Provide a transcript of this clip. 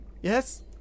yes